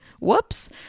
whoops